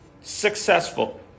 successful